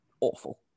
awful